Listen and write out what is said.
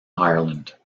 ireland